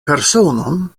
personon